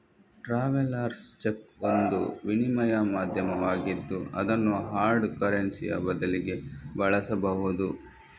travellers cheque ಒಂದು ವಿನಿಮಯ ಮಾಧ್ಯಮವಾಗಿದ್ದು ಅದನ್ನು ಹಾರ್ಡ್ ಕರೆನ್ಸಿಯ ಬದಲಿಗೆ ಬಳಸಬಹುದು